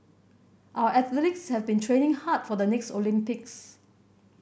our athletes have been training hard for the next Olympics